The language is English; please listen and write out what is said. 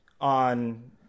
on